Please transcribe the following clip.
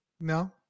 No